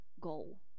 goal